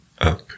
up